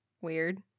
weird